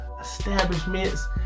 establishments